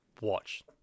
watch